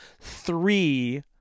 three